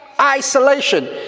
isolation